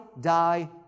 die